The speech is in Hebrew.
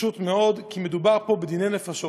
פשוט מאוד כי מדובר פה בדיני נפשות,